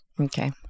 Okay